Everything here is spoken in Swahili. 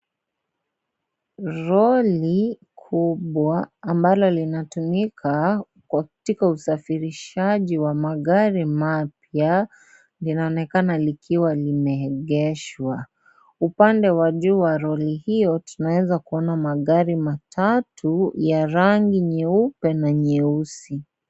Lori kubwa ambalo linatumika katika usafirishaji wa magari mapya linaonekana likiwa limeegeshwa, upande wa juu wa Lori hilo tunaweza kuona magari matatu ya rangi nyeupe na nyeusi.